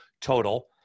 total